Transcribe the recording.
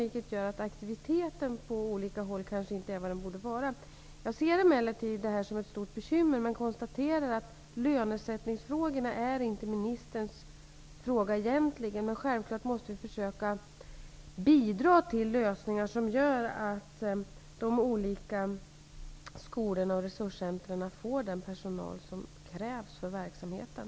Det gör att aktiviteten på olika håll kanske inte är vad den borde vara. Jag ser emellertid det här som ett stort bekymmer. Men jag konstaterar att lönesättningsfrågorna egentligen inte är en fråga för ministern. Men vi måste självfallet försöka bidra till lösningar som gör att olika skolor och resurscentrer får den personal som krävs för verksamheten.